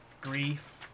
grief